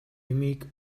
юмыг